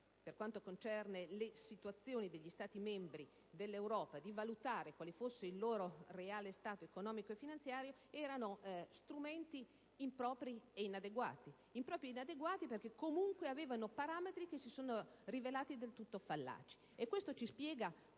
per quanto concerne le situazioni degli Stati membri dell'Europa, quale fosse il loro reale stato economico e finanziario, erano strumenti impropri ed inadeguati perché, comunque, basati su parametri che si sono rivelati del tutto fallaci.